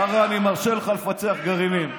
קארה, אני מרשה לך לפצח גרעינים.